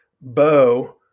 Bo